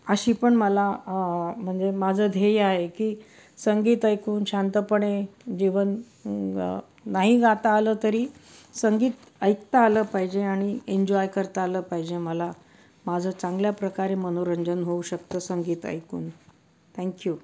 अशी पण मला म्हणजे माझं ध्येय आहे की संगीत ऐकून शांतपणे जीवन नाही गाता आलं तरी संगीत ऐकता आलं पाहिजे आणि एन्जॉय करता आलं पाहिजे मला माझं चांगल्या प्रकारे मनोरंजन होऊ शकतं संगीत ऐकून थँक्यू